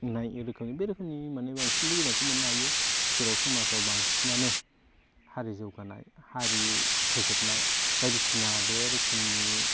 नाय रोखोमनि बे रोखोमनि मानि बांसिनै लिरबिदांखौ मोनो हायो जेराव समाजाव बांसिनानो हारि जौगानाय हारि फोजोबनाय बायदिसिना बे रोखोमनि